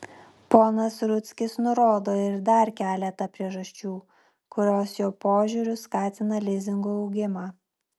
ponas rudzkis nurodo ir dar keletą priežasčių kurios jo požiūriu skatina lizingo augimą